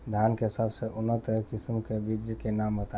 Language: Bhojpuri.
धान के सबसे उन्नत किस्म के बिज के नाम बताई?